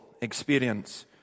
experience